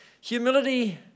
Humility